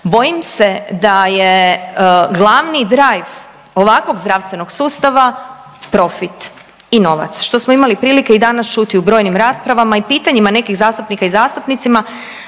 Bojim se da je glavni drive ovakvog zdravstvenog sustava profit i novac, što smo imali prilike i danas čuti u brojnim raspravama i pitanjima nekih zastupnika i zastupnicima,